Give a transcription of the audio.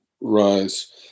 rise